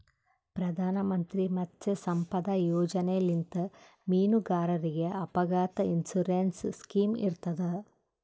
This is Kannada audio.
ಪ್ರಧಾನ್ ಮಂತ್ರಿ ಮತ್ಸ್ಯ ಸಂಪದಾ ಯೋಜನೆಲಿಂತ್ ಮೀನುಗಾರರಿಗ್ ಅಪಘಾತ್ ಇನ್ಸೂರೆನ್ಸ್ ಸ್ಕಿಮ್ ಇರ್ತದ್